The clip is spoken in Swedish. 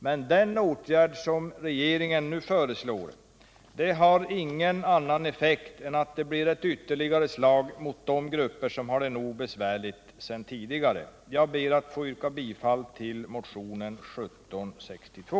Men den åtgärd som nu föreslås har ingen annan effekt än att det blir ett ytterligare slag mot de grupper som har det nog besvärligt sedan tidigare. Jag ber att få yrka bifall till motionen 1762.